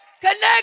Connect